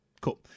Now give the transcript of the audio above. Cool